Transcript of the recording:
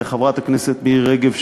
חברת הכנסת מירי רגב,